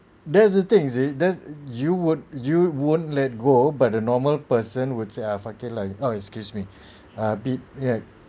that's the thing you see that's you won't you won't let go but the normal person would say ah fuck it lah oh excuse uh bit yup